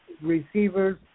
receivers